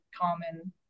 common